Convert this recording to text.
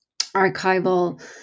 archival